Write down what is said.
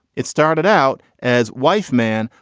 it started out as wife man.